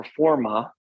performa